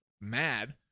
mad